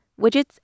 widgets